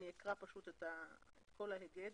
אני אקרא את כל ההיגד.